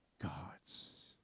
God's